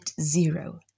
zero